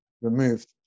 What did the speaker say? removed